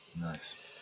Nice